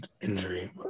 injury